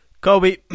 Kobe